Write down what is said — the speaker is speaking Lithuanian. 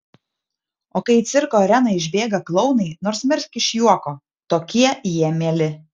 o kai į cirko areną išbėga klounai nors mirk iš juoko tokie jie mieli